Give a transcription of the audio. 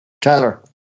Tyler